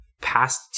past